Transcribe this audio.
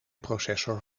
processor